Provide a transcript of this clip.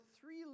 three